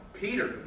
Peter